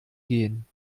gehen